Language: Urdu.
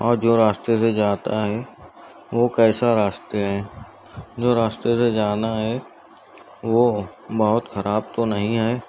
اور جو راستے سے جاتا ہے وہ کیسا راستے ہیں جو راستے سے جانا ہے وہ بہت خراب تو نہیں ہے